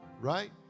Right